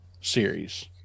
series